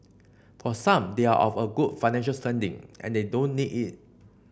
for some they are of a good financial standing and they don't need it